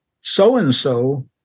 So-and-so